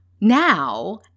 now